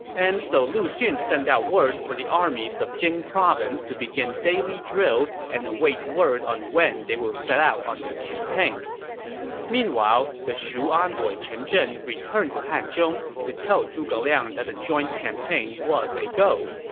and so lu xun sent out word for the armies of jing province to begin daily drills and await word on when they will set out on their campaign meanwhile, the shu envoy chen zhen returned to hanzhong to tell zhuge liang that the joint campaign was a go.